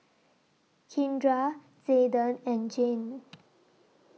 Kindra Zayden and Jayne